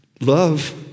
Love